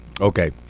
okay